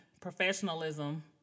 professionalism